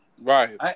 Right